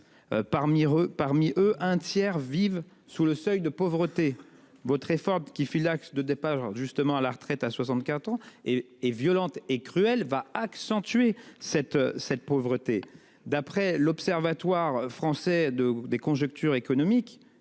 parmi eux un tiers vivent sous le seuil de pauvreté votre réforme qui fut l'axe de départ justement à la retraite à 64 ans et violente et cruelle va accentuer cette cette pauvreté. D'après l'Observatoire français de des conjonctures économiques,